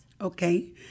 Okay